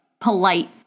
polite